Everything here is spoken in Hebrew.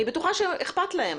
אני בטוחה שאכפת להם,